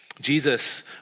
Jesus